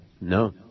No